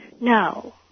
No